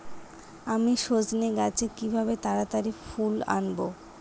আমি সজনে গাছে কিভাবে তাড়াতাড়ি ফুল আনব?